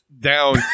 Down